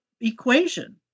equation